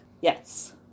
Yes